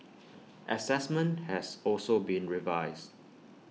Assessment has also been revised